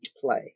play